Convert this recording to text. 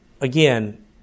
again